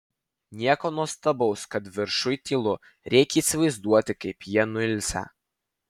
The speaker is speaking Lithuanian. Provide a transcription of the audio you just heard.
nieko nuostabaus kad viršuj tylu reikia įsivaizduoti kaip jie nuilsę